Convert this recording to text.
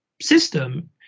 system